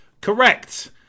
correct